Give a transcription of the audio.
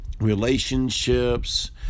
relationships